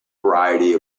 variety